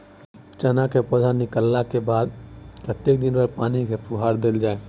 चना केँ पौधा निकलला केँ बाद कत्ते दिन पर पानि केँ फुहार देल जाएँ?